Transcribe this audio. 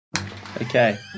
Okay